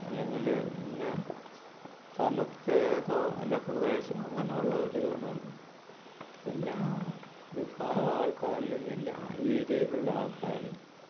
അല്ലെങ്കിൽ ഇന്ന സ്ഥലത്തേതോ അല്ല പ്രദേശം അങ്ങനെയുള്ളൊരു ഇതൊന്നും അല്ല എല്ലാ വിഭാഗം ആൾക്കാരിലും എല്ലാ ഏരിയയിലുള്ള ആൾക്കാരും